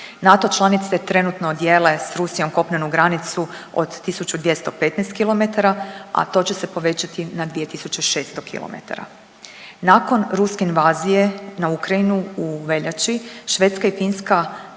NATO članice trenutno dijele s Rusijom kopnenu granicu od tisuću 215 kilometara, a to će se povećati na 2 tisuće 600 kilometara. Nakon ruske invazije na Ukrajinu u veljači Švedska i Finska